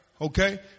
Okay